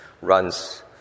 runs